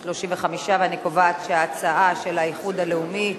35. אני קובעת שההצעה של האיחוד הלאומי,